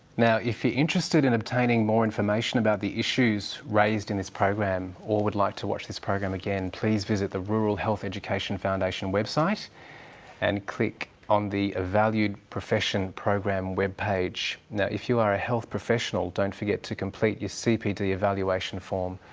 now, if you're interested in obtaining more information about the issues raised in this program or would like to watch this program again, please visit the rural health education foundation website and click on the a valued profession program web page. now, if you are a health professional, don't forget to complete your cpd evaluation form,